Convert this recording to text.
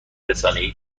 رسانهای